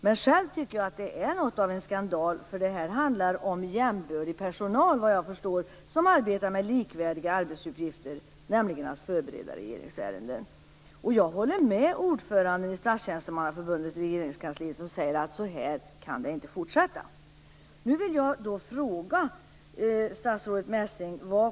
Men själv tycker jag att det är något av en skandal, eftersom det här handlar om jämbördig personal, vad jag förstår, som arbetar med likvärdig arbetsuppgifter, nämligen att förbereda regeringsärenden. Jag håller med ordföranden i Statstjänstemannaförbundet i Regeringskansliet som säger att så här kan det inte fortsätta.